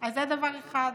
אז זה דבר אחד.